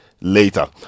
later